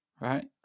Right